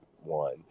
one